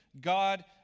God